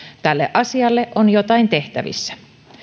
tälle asialle on jotain tehtävissä